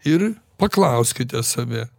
ir paklauskite save